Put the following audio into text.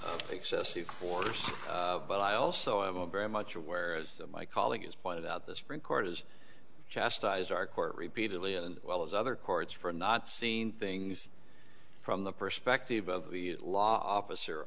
excessive force but i also am very much aware as my colleague has pointed out the supreme court is chastised our court repeatedly and well as other courts for not seen things from the perspective of the law officer